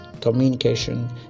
communication